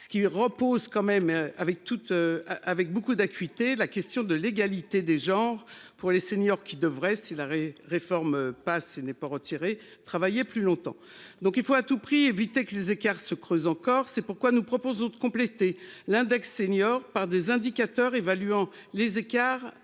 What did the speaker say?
ce qui repose quand même avec toute. Avec beaucoup d'acuité la question de l'égalité des genres. Pour les seniors qui devrait si l'arrêt réforme passe. Ce n'est pas retiré travailler plus longtemps donc il faut à tout prix éviter que les écarts se creusent encore. C'est pourquoi nous proposons de compléter l'index senior par des indicateurs évaluant les écarts